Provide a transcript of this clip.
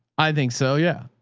i think so. yeah,